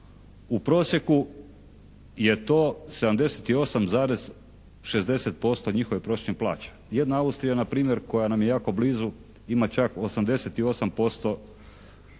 U prosjeku je to 78,60% njihove prosječne plaće. Jedna Austrija npr. koja nam je jako blizu, ima čak 88%